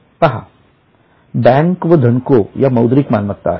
पहा बँकां व धनको या मौद्रिक मालमत्ता आहेत